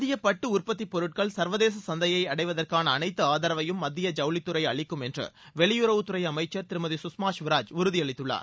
இந்திய பட்டு உற்பத்திப் பொருட்கள் சர்வதேச சந்தையை அடைவதற்கான அனைத்து ஆதரவையும் மத்திய ஜவுளித்துறை அளிக்கும் என்று வெளியுறவு அமைச்சர் திருமதி கஷ்மா ஸ்வராஜ் உறுதி அளித்துள்ளார்